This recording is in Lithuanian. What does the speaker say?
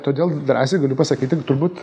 todėl drąsiai galiu pasakyti tik turbūt